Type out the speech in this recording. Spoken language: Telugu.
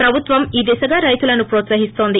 ప్రభుత్వం ఈదిశగా రైతులను ప్రోత్సహిస్తోంది